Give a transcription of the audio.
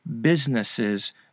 businesses